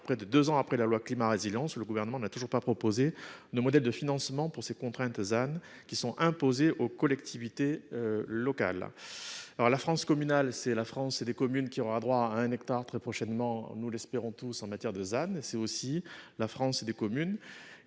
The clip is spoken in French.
près de deux ans après la loi Climat et résilience, le Gouvernement n'a toujours pas proposé de modèle de financement pour les contraintes liées au ZAN qui sont imposées aux collectivités locales. La France communale, c'est la France des communes qui auront très prochainement droit- du moins nous l'espérons tous -à un hectare hors ZAN ; c'est aussi la France des communes